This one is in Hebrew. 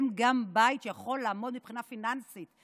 גם בית שיכול לעמוד מבחינה פיננסית.